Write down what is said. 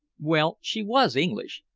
well, she was english.